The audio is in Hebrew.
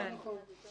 כן.